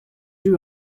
you